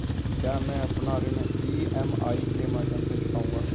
क्या मैं अपना ऋण ई.एम.आई के माध्यम से चुकाऊंगा?